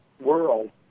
world